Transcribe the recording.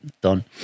Done